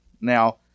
Now